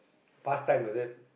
past time is it